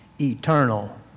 eternal